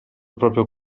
proprio